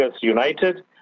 united